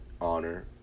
honor